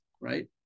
Right